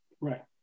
Right